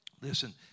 Listen